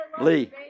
Lee